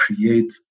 create